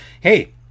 Hey